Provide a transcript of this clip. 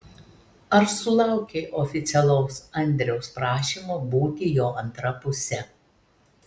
ar sulaukei oficialaus andriaus prašymo būti jo antra puse